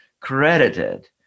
credited